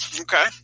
Okay